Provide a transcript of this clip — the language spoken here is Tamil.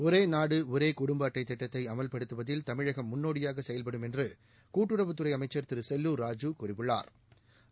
ஒரே நாடு ஒரே குடும்ப அட்டை திட்டத்தை அமல்படுத்துவதில் தமிழகம் முன்னோடியாக செயல்படும் என்று கூட்டுறவுத்துறை அமைச்சா் திரு செல்லுா் ராஜூ கூறியுள்ளாா்